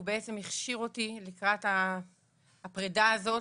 הוא בעצם הכשיר אותי לקראת הפרידה הזאת.